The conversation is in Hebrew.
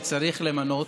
כשהוא צריך למנות,